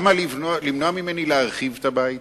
למה למנוע ממני להרחיב את הבית?